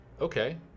Okay